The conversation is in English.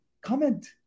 comment